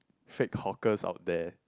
fake hawkers of there